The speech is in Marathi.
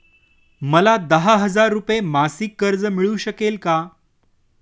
मला दहा हजार रुपये मासिक कर्ज मिळू शकेल का?